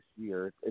year